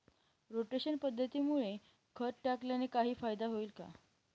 Rotation पद्धतीमुळे खत टाकल्याने काही फायदा होईल का?